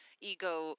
ego